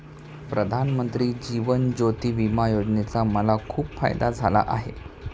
प्रधानमंत्री जीवन ज्योती विमा योजनेचा मला खूप फायदा झाला आहे